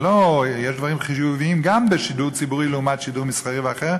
יש דברים חיוביים גם בשידור ציבורי לעומת שידור מסחרי ואחר,